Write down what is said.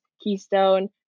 Keystone